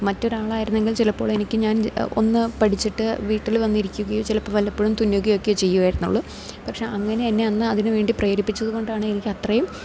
മറ്റൊരാൾ ആയിരുന്നെങ്കിൽ ചിലപ്പോൾ എനിക്ക് ഞാൻ ഒന്ന് പഠിച്ചിട്ട് വീട്ടിൽ വന്നിരിക്കുകയോ ചിലപ്പോൾ വല്ലപ്പോഴും തുന്നുകയൊക്കെയോ ചെയ്യുവായിരുന്നുള്ളൂ പക്ഷേ അങ്ങനെ എന്നെ അന്ന് അതിനു വേണ്ടി പ്രേരിപ്പിച്ചത് കൊണ്ടാണ് എനിക്ക് അത്രയും